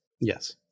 Yes